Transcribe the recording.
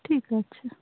ঠিক আছে